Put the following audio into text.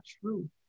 true